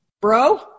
Bro